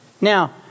Now